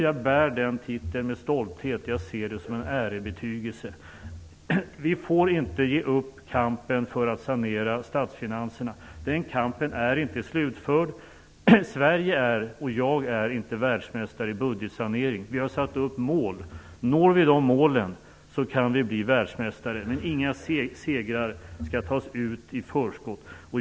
Jag bär titeln med stolthet och ser den som en ärebetygelse. Vi får inte ge upp kampen för att sanera statsfinanserna. Den kampen är inte slutförd. Varken Sverige eller jag själv är världsmästare i budgetsanering, men vi har satt upp mål. Når vi de målen kan vi bli världsmästare, men inga segrar skall tas ut i förskott.